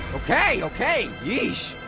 okay, okay, yeesh.